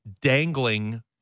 dangling